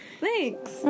Thanks